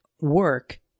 work